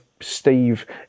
Steve